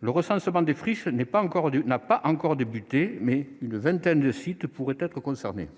Le recensement des friches n'a pas encore débuté, mais une vingtaine de sites pourraient être concernés.